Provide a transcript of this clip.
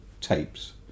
tapes